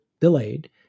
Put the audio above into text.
delayed